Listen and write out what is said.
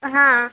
হ্যাঁ